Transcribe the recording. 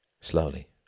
slowly